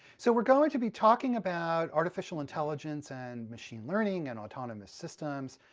so we're going to be talking about artificial intelligence and machine learning, and autonomous systems,